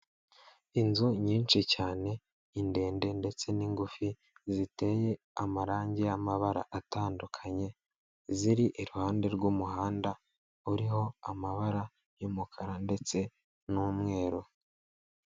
Inzu nyinshi cyane indende ndetse n'ingufi, ziteye amarangi y'amabara atandukanye, ziri iruhande rw'umuhanda uriho amabara y'umukara ndetse n'umweru.